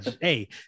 Hey